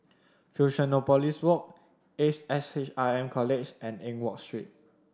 Fusionopolis Walk Ace S H R M College and Eng Watt Street